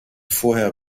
vorher